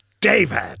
David